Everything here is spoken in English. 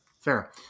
Fair